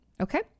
okay